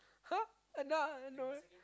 !huh! Anna no